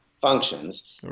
functions